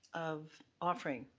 of offering